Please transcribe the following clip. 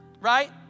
right